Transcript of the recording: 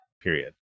period